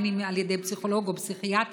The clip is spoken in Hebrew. אם על ידי פסיכולוג ואם על ידי פסיכיאטר,